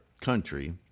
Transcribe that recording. country